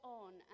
on